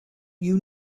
you